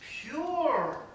pure